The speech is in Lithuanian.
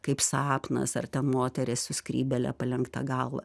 kaip sapnas ar ta moteris su skrybėle palenkta galva